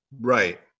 Right